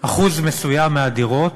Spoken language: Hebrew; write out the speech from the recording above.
אחוז מסוים מהדירות,